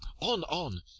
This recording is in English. on, on,